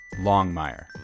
Longmire